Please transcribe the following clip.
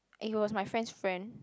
and he was my friend's friend